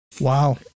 Wow